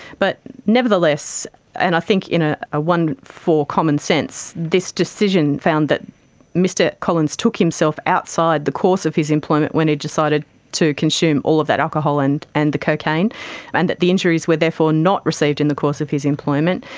but nevertheless and i think in ah ah one for common sense, this decision found that mr collins took himself outside the course of his employment when he decided to consume all of that alcohol and and the cocaine and that the injuries were therefore not received in the course of his employment.